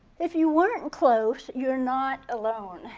if you weren't close, you're not alone.